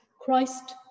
Christ